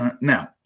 Now